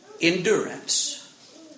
endurance